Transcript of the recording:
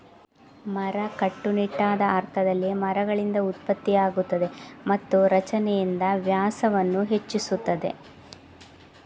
ಮರ, ಕಟ್ಟುನಿಟ್ಟಾದ ಅರ್ಥದಲ್ಲಿ, ಮರಗಳಿಂದ ಉತ್ಪತ್ತಿಯಾಗುತ್ತದೆ ಮತ್ತು ರಚನೆಯಿಂದ ವ್ಯಾಸವನ್ನು ಹೆಚ್ಚಿಸುತ್ತದೆ